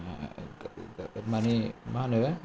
माने मा होनो